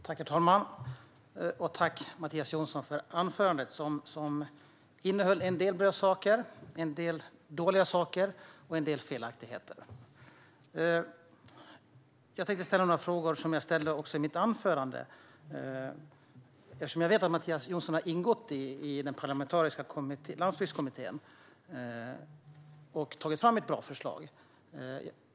Herr talman! Tack, Mattias Jonsson, för anförandet! Det innehöll en del bra saker, en del dåliga saker och en del felaktigheter. Jag tänkte ställa några frågor som jag också ställde i mitt anförande, eftersom jag vet att Mattias Jonsson har ingått i den parlamentariska landsbygdskommittén, som har tagit fram ett bra förslag.